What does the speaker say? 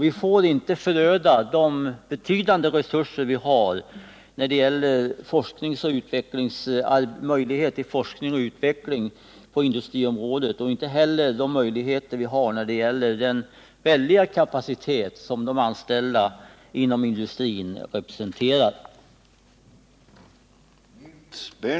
Vi får inte ödelägga de betydande resurser vi har till forskningsoch utvecklingsarbete på industriområdet och inte heller den väldiga kapacitet som de anställda inom industrin representerar.